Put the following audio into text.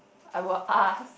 I will ask